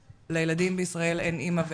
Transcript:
לילדים בישראל אין אמא ואבא,